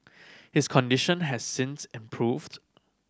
his condition has since improved